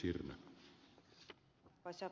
arvoisa puhemies